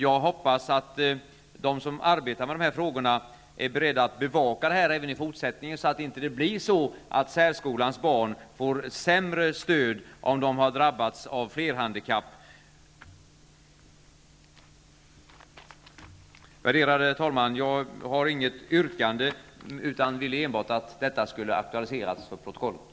Jag hoppas att de som arbetar med de här frågorna är beredda att bevaka detta även i fortsättningen, så att inte särskolans barn får sämre stöd om de har drabbats av flerhandikapp. Värderade talman! Jag har inget yrkande, utan ville bara aktualisera detta för protokollet.